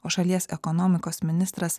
o šalies ekonomikos ministras